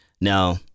Now